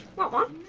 want one?